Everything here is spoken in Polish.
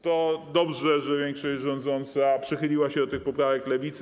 To dobrze, że większość rządząca przychyliła się do tych poprawek Lewicy.